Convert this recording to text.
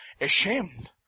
ashamed